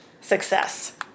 success